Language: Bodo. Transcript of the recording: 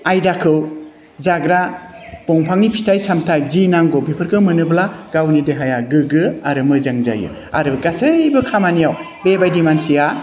आयदाखौ जाग्रा बिफांनि फिथाइ सामथाय जि नांगौ बेफोरखौ मोनोब्ला गावनि देहाया गोग्गो आरो मोजां जायो आरो गासैबो खामानियाव बेबायदि मानसिया